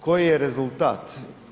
Koji je rezultat?